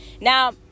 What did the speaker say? Now